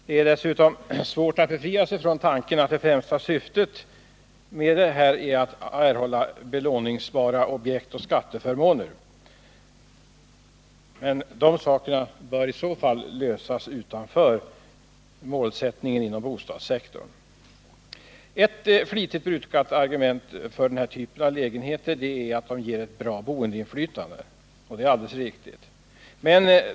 Det är dessutom svårt att frigöra sig från tanken att det främsta syftet är att man skall erhålla belåningsbara objekt och skatteförmåner. Om man vill åstadkomma sådana effekter bör det inte ske via bostadspolitiken. Ett flitigt brukat argument för den här typen av lägenheter är att de ger ett bra boendeinflytande. Det är alldeles riktigt.